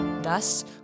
thus